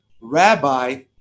Rabbi